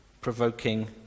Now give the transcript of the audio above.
provoking